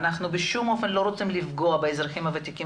אנחנו בשום אופן לא רוצים לפגוע באזרחים הוותיקים